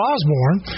Osborne